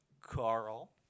Carl